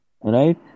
right